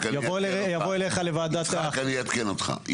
אבוא אליך לוועדת --- יצחק אני אעדכן אותך,